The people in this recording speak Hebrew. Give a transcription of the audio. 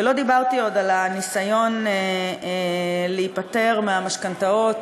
ולא דיברתי עוד על הניסיון להיפטר מהמשכנתאות